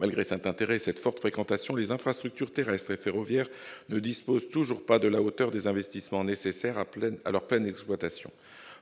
Malgré cet intérêt et cette forte fréquentation, ses infrastructures terrestres et ferroviaires ne bénéficient toujours pas des investissements nécessaires à leur pleine exploitation,